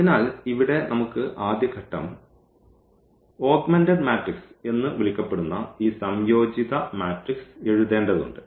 അതിനാൽ ഇവിടെ നമുക്ക് ആദ്യ ഘട്ടം ഓഗ്മെന്റഡ് മാട്രിക്സ് എന്ന് വിളിക്കപ്പെടുന്ന ഈ സംയോജിത മാട്രിക്സ് എഴുതേണ്ടതുണ്ട്